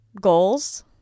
goals